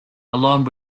along